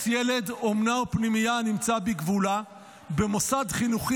ילד אומנה או פנימייה הנמצא בגבולה במוסד חינוכי